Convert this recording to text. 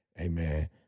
amen